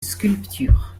sculptures